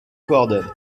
coordonne